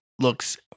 looks